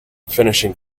finishing